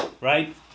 right